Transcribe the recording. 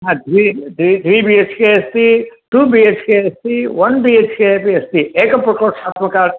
हा द्वि द्वि त्रि बि हेच् के अस्ति टु बि हेच् के अस्ति वन् बि हेच् के अपि अस्ति एक प्रकोष्ठात्मक